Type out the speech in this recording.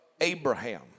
Abraham